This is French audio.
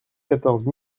quatorze